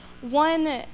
One